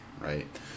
right